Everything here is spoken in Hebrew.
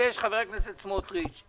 מבקש חבר הכנסת סמוטריץ',